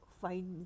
find